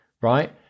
right